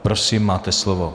Prosím, máte slovo.